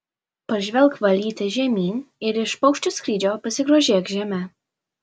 pažvelk valyte žemyn ir iš paukščio skrydžio pasigrožėk žeme